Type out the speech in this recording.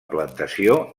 plantació